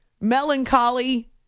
melancholy